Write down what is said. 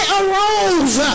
arose